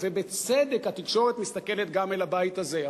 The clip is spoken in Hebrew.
ובצדק התקשורת מסתכלת גם אל הבית הזה.